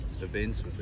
events